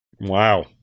Wow